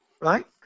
right